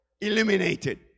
eliminated